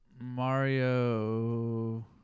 Mario